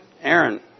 Aaron